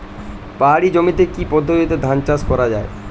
পাহাড়ী জমিতে কি পদ্ধতিতে ধান চাষ করা যায়?